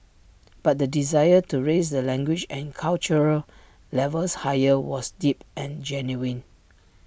but the desire to raise the language and cultural levels higher was deep and genuine